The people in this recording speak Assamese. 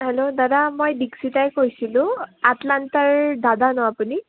হেল্ল' দাদা মই দীক্সিতাই কৈছিলোঁ আটলাণ্টাৰ দাদা ন আপুনি